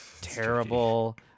terrible